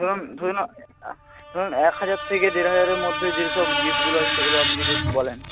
ধরুন ধরুন ধরুন এক হাজার থেকে দেড় হাজারের মধ্যে যে সব গিফটগুলো আছে সেগুলো আপনি যদি একটু বলেন